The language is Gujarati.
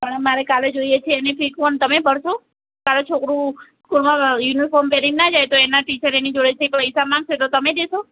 પણ મારે કાલે જોઈએ એની ફી કોણ તમે ભરશો તો કાલે છોકરું સ્કૂલમાં યુનિફોર્મ પહેરીને ના જાય તો એના ટીચર એની જોડેથી પૈસા માંગશે તો તમે દેશો